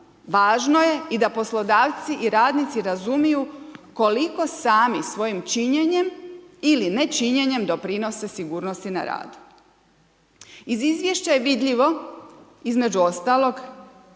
važno je i da poslodavci i radnici razumiju koliko sami svojim činjenjem ili nečinjenjem doprinose sigurnosti na radu. Iz izvješća je vidljivo između ostalog